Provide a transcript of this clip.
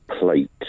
Plate